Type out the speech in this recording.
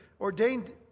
ordained